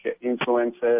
influences